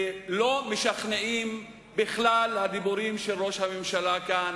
ולא משכנעים בכלל הדיבורים של ראש הממשלה כאן